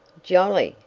jolly!